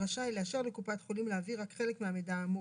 רשאי לאשר לקופת החולים להעביר רק חלק מהמידע האמור